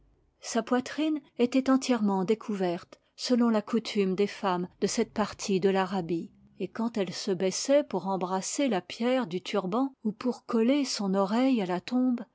sa poitrine était entièrement découverte selon la coutume des femmes de cette partie de l'arabie et quand elle se baissait pour embrasser la pierre du turban ou pour coller son oreille à la tombe